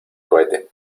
cohete